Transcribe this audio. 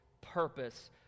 purpose